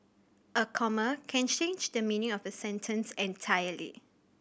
a comma can change the meaning of a sentence entirely